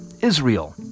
Israel